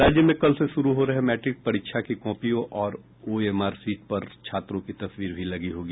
राज्य में कल से शुरू हो रहे मैट्रिक परीक्षा की कॉपियों और ओएमआर शीट पर छात्रों की तस्वीर भी लगी होगी